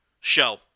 show